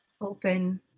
open